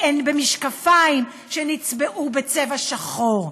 במשקפיים שנצבעו בצבע שחור.